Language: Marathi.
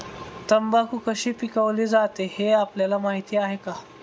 तंबाखू कशी पिकवली जाते हे आपल्याला माहीत आहे का?